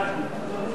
11) (רשות בין-לאומית